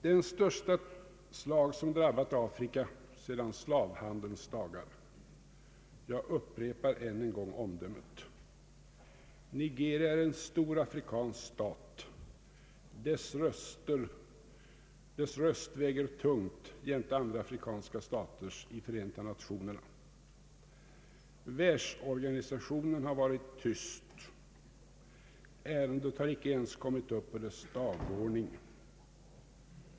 Detta är det största slag som drabbat Afrika sedan slavhandelns dagar — jag upprepar än en gång det omdömet. Nigeria är en stor afrikansk stat. Dess röst väger tungt jämte andra afrikanska sta ters i Förenta nationerna. Världsorganisationen har varit tyst ärendet har icke ens kommit upp på dess dagordning.